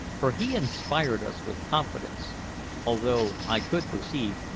for he inspired us with confidence although i could perceive,